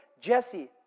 Jesse